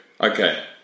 Okay